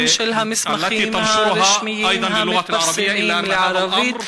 של המסמכים הרשמיים המתפרסמים לערבית.